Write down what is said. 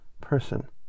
person